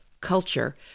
culture